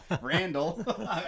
Randall